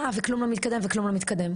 מה וכלום לא מתקדם וכלום לא מתקדם.